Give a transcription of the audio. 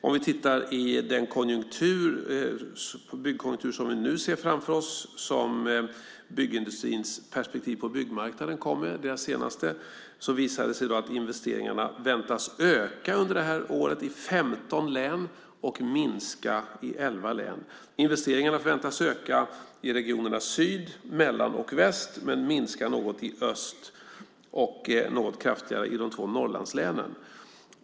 Om vi tittar på den byggkonjunktur som vi nu ser framför oss, med byggindustrins senaste perspektiv på byggmarknaden, visar det sig att investeringarna under det här året väntas öka i 15 län och minska i 11 län. Investeringarna förväntas öka i regionerna syd, mellan och väst men minska i öst och något kraftigare i de två Norrlandslänen.